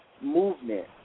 movement